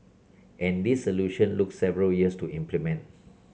and this solution look several years to implement